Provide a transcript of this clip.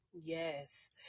Yes